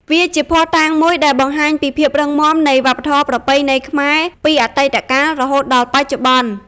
វាជាភស្ដុតាងមួយដែលបង្ហាញពីភាពរឹងមាំនៃវប្បធម៌ប្រពៃណីខ្មែរពីអតីតកាលរហូតដល់បច្ចុប្បន្ន។